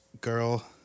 girl